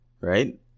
right